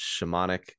shamanic